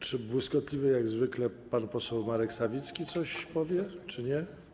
Czy błyskotliwy jak zwykle pan poseł Marek Sawicki coś powie, czy nie?